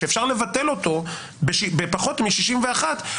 שאפשר לבטל אותו בפחות מ-61,